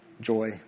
joy